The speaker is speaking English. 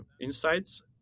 insights